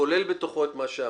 כולל בתוכו את מה שאמרת,